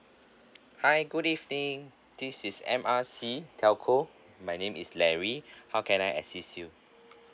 hi good evening this is M R C telco my name is larry how can I assist you